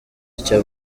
icyo